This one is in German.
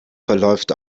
verläuft